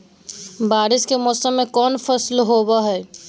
बारिस के मौसम में कौन फसल होबो हाय?